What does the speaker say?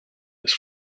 its